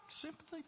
sympathy